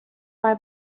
why